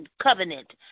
Covenant